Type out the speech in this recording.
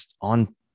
on